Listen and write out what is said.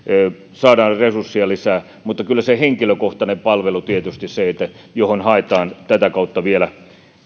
saadaan resursseja lisää mutta kyllä se henkilökohtainen palvelu tietysti on se jota haetaan tätä kautta vielä